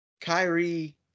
Kyrie